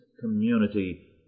community